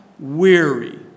weary